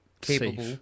capable